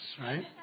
right